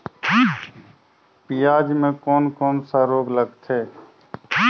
पियाज मे कोन कोन सा रोग लगथे?